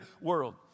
world